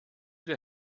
der